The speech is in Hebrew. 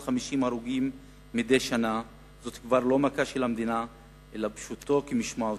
כ-450 הרוגים מדי שנה זה כבר לא מכה של המדינה אלא פשוטו כמשמעותו,